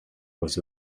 was